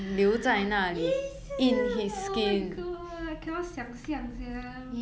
!ee! oh my god I cannot 想像 sia